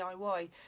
DIY